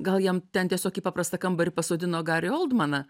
gal jam ten tiesiog į paprastą kambarį pasodino garį oldmaną